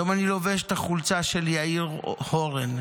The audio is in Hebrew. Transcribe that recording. היום אני לובש את החולצה של יאיר הורן,